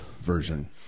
version